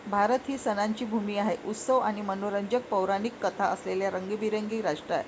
भारत ही सणांची भूमी आहे, उत्सव आणि मनोरंजक पौराणिक कथा असलेले रंगीबेरंगी राष्ट्र आहे